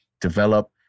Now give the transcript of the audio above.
develop